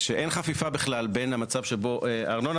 שאין חפיפה בכלל בין המצב שבו הארנונה